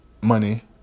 money